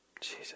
Jesus